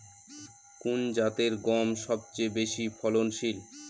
কোন জাতের গম সবথেকে বেশি ফলনশীল?